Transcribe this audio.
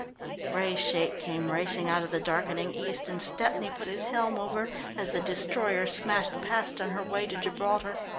a grey shape came racing out of the darkening east, and stepney put his helm over as the destroyer smashed past on her way to gibraltar.